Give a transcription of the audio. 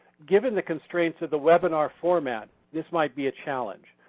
given the constraints of the webinar format this might be a challenge.